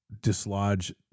dislodge